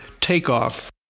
takeoff